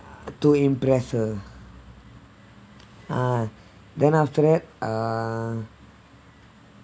to impress her ah then after that uh